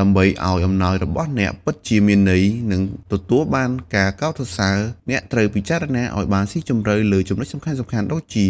ដើម្បីឲ្យអំណោយរបស់អ្នកពិតជាមានន័យ និងទទួលបានការកោតសរសើរ អ្នកត្រូវពិចារណាឲ្យបានស៊ីជម្រៅលើចំណុចសំខាន់ៗ ដូចជា